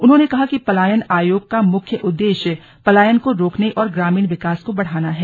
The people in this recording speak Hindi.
उन्होंने कहा कि पलायन आयोग का मुख्य उद्देश्य पलायन को रोकने और ग्रामीण विकास को बढाना है